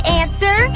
answer